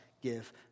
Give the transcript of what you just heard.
give